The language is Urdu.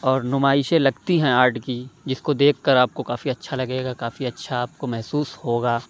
اور نمائشیں لگتی ہیں آرٹ کی جس کو دیکھ کر آپ کو کافی اچھا لگے گا کافی اچھا آپ کو محسوس ہوگا